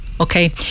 Okay